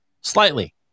Slightly